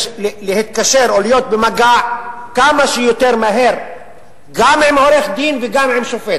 להתקשר או להיות במגע כמה שיותר מהר גם עם עורך-דין וגם עם שופט.